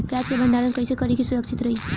प्याज के भंडारण कइसे करी की सुरक्षित रही?